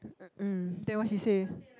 mm then what she say